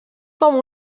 com